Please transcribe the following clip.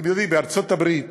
אתם יודעים, בארצות-הברית